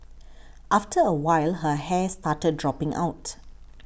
after a while her hair started dropping out